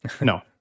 No